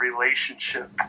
relationship